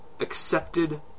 accepted